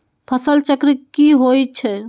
फसल चक्र की होई छै?